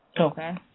Okay